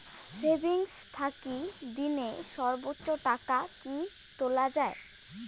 Savings থাকি দিনে সর্বোচ্চ টাকা কি তুলা য়ায়?